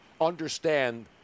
understand